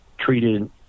treated